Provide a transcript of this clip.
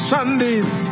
Sunday's